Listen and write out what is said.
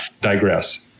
digress